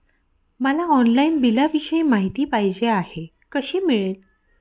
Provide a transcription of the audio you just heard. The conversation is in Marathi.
मला ऑनलाईन बिलाविषयी माहिती पाहिजे आहे, कशी मिळेल?